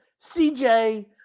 CJ